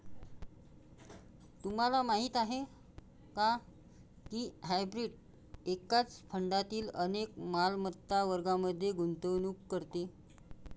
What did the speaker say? तुम्हाला माहीत आहे का की हायब्रीड एकाच फंडातील अनेक मालमत्ता वर्गांमध्ये गुंतवणूक करते?